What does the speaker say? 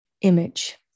image